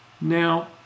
Now